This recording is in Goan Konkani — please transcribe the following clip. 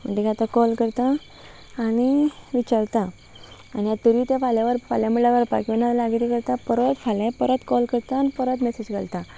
म्हणटीर आतां कॉल करता आनी विचारता आनी आ तरी तें फाल्यां व्हर फाल्यां म्हणल्यार व्हरपाक यना लाग किं करता परत फाल्यां परत कॉल करता आनी परत मेसेज करालता